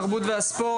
התרבות והספורט,